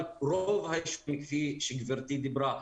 רוב היישובים כפי שגבירתי דיברה,